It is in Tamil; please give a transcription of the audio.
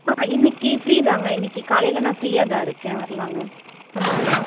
ஆ இன்னைக்கு ஃப்ரீதாங்க இன்னைக்கு காலையில் நான் ஃப்ரீயாகதான் இருக்கேன் வரலாங்க வந்துக்கலாம்